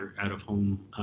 out-of-home